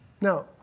Now